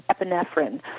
epinephrine